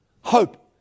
Hope